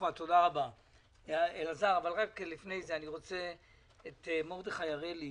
אני רוצה לשמוע את מרדכי הראלי